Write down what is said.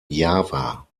java